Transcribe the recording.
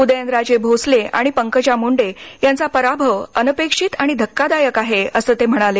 उदयनराजे भोसले आणि पंकजा मुंडे यांचा पराभव अनपेक्षित आणि धक्कादायक आहे असं ते म्हणाले